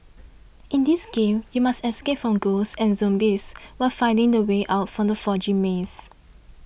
in this game you must escape from ghosts and zombies while finding the way out from the foggy maze